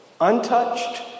untouched